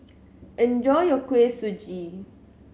enjoy your Kuih Suji